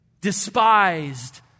despised